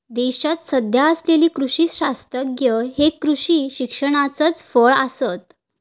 देशात सध्या असलेले कृषी शास्त्रज्ञ हे कृषी शिक्षणाचाच फळ आसत